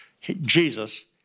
Jesus